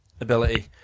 ability